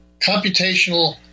computational